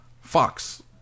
Fox